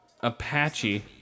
Apache